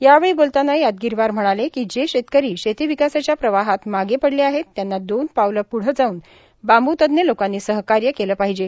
यावेळी बोलताना यादगीरवार म्हणाले की जे शेतकरी शेतीविकासाच्या प्रवाहात मागे पडले आहेत त्यांना दोन पाउले प्ढे जाऊन बांबूतज्ञ लोकांनी सहकार्य केले पाहिजे